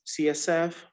CSF